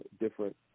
different